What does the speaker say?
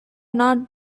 not